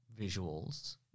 visuals